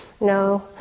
no